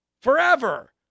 Forever